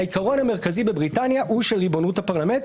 העיקרון המרכזי בבריטניה הוא של ריבונות הפרלמנט,